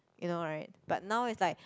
you know right but now is like